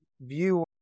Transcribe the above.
view